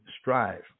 strive